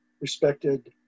respected